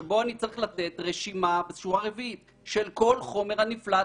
שבו אני צריך לתת רשימה של כל חומר הנפלט.